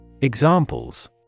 Examples